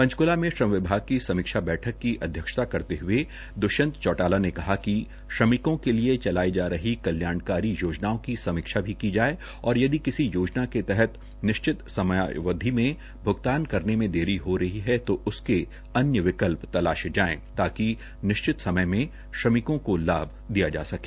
पंचकूला में श्रम विभाग की समीक्षा बैठक की अध्यक्षता करते हये द्ष्यंत चौटाला ने कहा कि श्रमिकों के लिए चलाई जा रही कल्याणकारी योजनाओं की भी समीक्षा की जाए और यदि किसी योजना के तहत निश्चित समयावधि में भ्गतान करने में देरी हो रही है तो उसके अन्य विकल्प तलाशे जाएं ताकि निश्चित समय में श्रमिक को लाभ दियाजा सके